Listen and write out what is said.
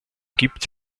gibt